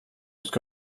ska